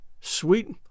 sweet